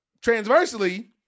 transversely